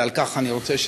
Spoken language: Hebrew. ועל כך אני רוצה,